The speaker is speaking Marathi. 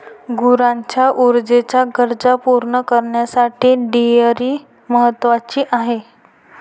गुरांच्या ऊर्जेच्या गरजा पूर्ण करण्यासाठी डेअरी महत्वाची आहे